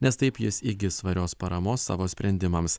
nes taip jis įgis svarios paramos savo sprendimams